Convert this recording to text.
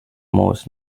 most